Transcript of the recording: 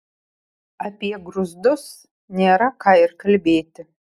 apie grūzdus nėra ką ir kalbėti